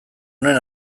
honen